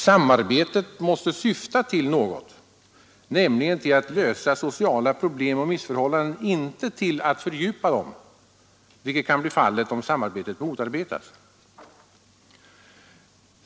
Samarbetet måste syfta till något, nämligen till att lösa sociala problem och missförhållanden och inte till att fördjupa dem, vilket kan bli fallet om samarbetet motarbetas.